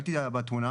ראיתי את התמונה,